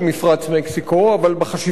אבל בחשיבה הזאת על מפרץ מקסיקו,